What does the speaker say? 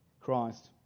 Christ